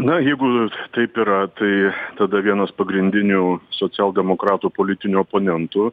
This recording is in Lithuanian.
na jeigu taip yra tai tada vienas pagrindinių socialdemokratų politiniu oponentu